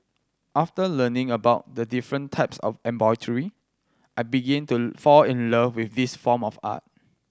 after learning about the different types of embroidery I begin to fall in love with this form of art